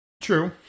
True